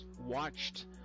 watched